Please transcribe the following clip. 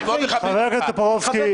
חבר הכנסת טופורובסקי,